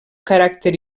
caràcter